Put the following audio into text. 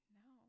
no